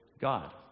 God